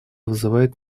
вызывает